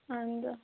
اَہَن حظ آ